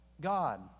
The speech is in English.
God